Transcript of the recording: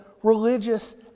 religious